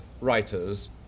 writers